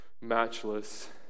matchless